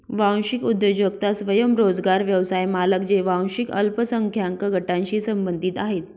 वांशिक उद्योजकता स्वयंरोजगार व्यवसाय मालक जे वांशिक अल्पसंख्याक गटांशी संबंधित आहेत